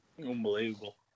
Unbelievable